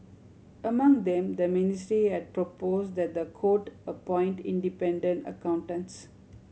among them the ministry had proposed that the court appoint independent accountants